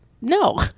no